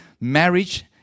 Marriage